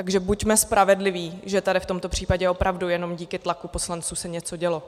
Takže buďme spravedliví, že tady v tomto případě opravdu jenom díky tlaku poslanců se něco dělo.